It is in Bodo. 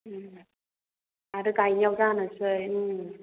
आरो गायनायाव जानोसै उम